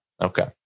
Okay